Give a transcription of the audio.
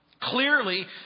clearly